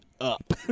up